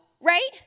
right